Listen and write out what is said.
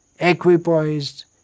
equipoised